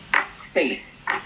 space